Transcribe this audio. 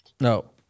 No